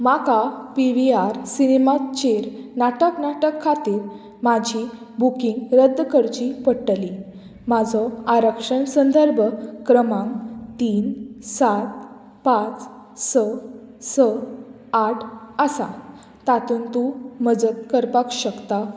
म्हाका P V R सिनेमाचेर नाटक नाटक खातीर म्हाजी बुकींग रद्द करची पडटली म्हाजो आरक्षण संदर्भ क्रमांक तीन सात पांच स स आठ आसा तातूंत तूं मजत करपाक शकता